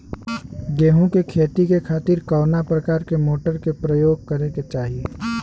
गेहूँ के खेती के खातिर कवना प्रकार के मोटर के प्रयोग करे के चाही?